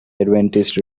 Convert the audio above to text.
adventist